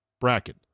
bracket